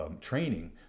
Training